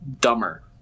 dumber